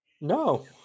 No